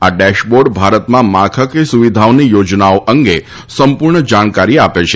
આ ડેશબોર્ડ ભારતમાં માળખાકીય સુવિધાની યોજનાઓ અંગે સંપૂર્ણ જાણકારી આપે છે